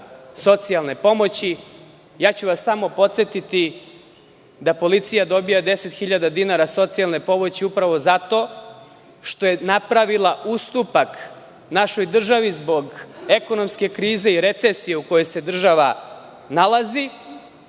socijalne pomoći. Podsetiću vas samo da policija dobija 10.000 dinara socijalne pomoći upravo zato što je napravila ustupak našoj državi zbog ekonomske krize i recesije u kojoj se država nalazi